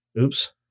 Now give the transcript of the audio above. Oops